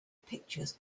pictures